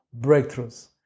breakthroughs